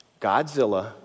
Godzilla